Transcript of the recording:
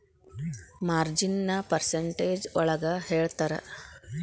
ಮಾರ್ಜಿನ್ನ percentage ಒಳಗ ಹೇಳ್ತರ